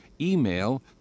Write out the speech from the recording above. email